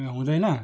ए हुँदैन